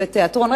בתיאטרון?